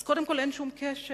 אז קודם כול, אין שום קשר.